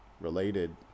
related